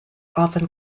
often